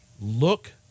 Look